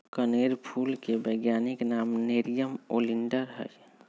कनेर फूल के वैज्ञानिक नाम नेरियम ओलिएंडर हई